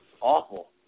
awful